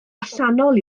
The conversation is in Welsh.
allanol